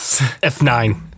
F9